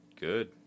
good